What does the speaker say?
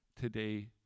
today